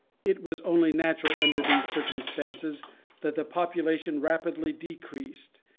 it was only natural under these circumstances that the population rapidly decreased,